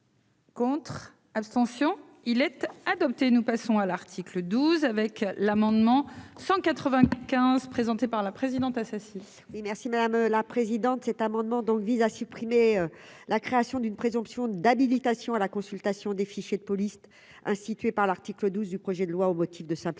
Contre, abstention-il être adopté, nous passons à l'article 12 avec l'amendement 195 présenté par la présidente. Oui merci madame la présidente, cet amendement donc vise à supprimer la création d'une présomption d'habilitation à la consultation des fichiers de police institué par l'article 12 du projet de loi au motif de simplification